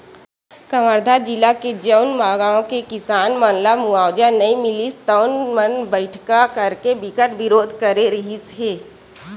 कवर्धा जिला के जउन गाँव के किसान मन ल मुवावजा नइ मिलिस तउन मन बइठका करके बिकट बिरोध करे रिहिस हे